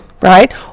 right